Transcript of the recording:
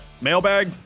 mailbag